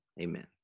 Amen